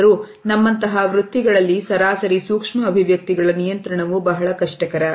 ಆದರೂ ನಮ್ಮಂತಹ ವೃತ್ತಿಗಳಲ್ಲಿ ಸರಾಸರಿ ಸೂಕ್ಷ್ಮ ಅಭಿವ್ಯಕ್ತಿಗಳ ನಿಯಂತ್ರಣವು ಬಹಳ ಕಷ್ಟಕರ